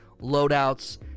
loadouts